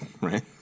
right